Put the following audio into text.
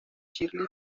shirley